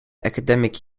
academic